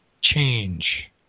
change